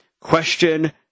Question